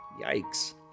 Yikes